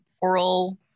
oral